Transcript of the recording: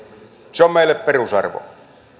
se on meille perusarvo